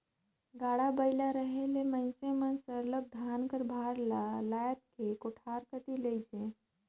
गाड़ा बइला रहें ले मइनसे मन सरलग धान कर भार ल लाएद के कोठार कती लेइजें